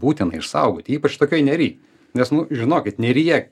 būtina išsaugot ypač tokioj nery nes nu žinokit neryje